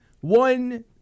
one